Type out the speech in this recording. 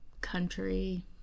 country